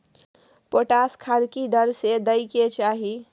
Potash खाद की दर से दै के चाही?